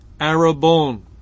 Arabon